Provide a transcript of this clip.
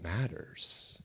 matters